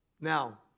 Now